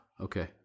Okay